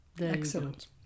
excellent